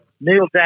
Neil